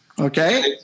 Okay